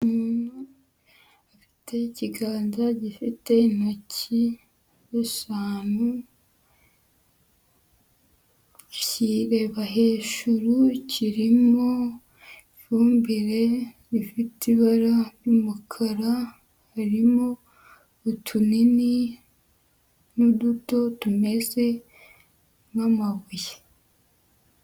Umuntu afite ikiganza gifite intoki eshanu, kireba hejuru kirimo ifumbire ifite ibara ry'umukara harimo utunini n'uduto tumeze nk'amabuye.